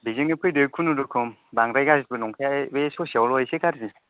बेजोंनो फैदो खुनुरुखुम बांद्राय गाज्रिबो नंखाया बे ससेयावल' एसे गाज्रि